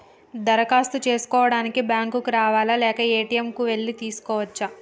దరఖాస్తు చేసుకోవడానికి బ్యాంక్ కు రావాలా లేక ఏ.టి.ఎమ్ కు వెళ్లి చేసుకోవచ్చా?